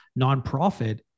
nonprofit